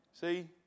See